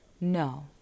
...no